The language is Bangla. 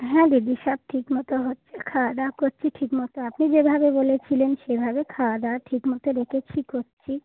হ্যাঁ দিদি সব ঠিক মতো হচ্ছে খাওয়া দাওয়া করছি ঠিক মতো এখন যেভাবে বলেছিলেন সেভাবে খাওয়া দাওয়া ঠিক মতো রেখেছি করছি